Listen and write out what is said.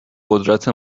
قدرت